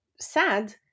sad